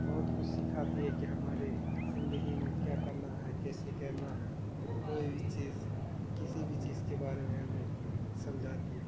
بہت کچھ سکھاتی ہے کہ ہمارے زندگی میں کیا کرنا ہے کیسے کرنا ہے کوئی بھی چیز کسی بھی چیز کے بارے میں ہمیں سمجھاتی